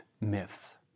myths